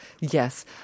Yes